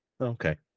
Okay